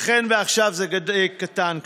ייתכן שעכשיו זה קטן קצת,